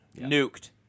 Nuked